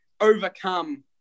overcome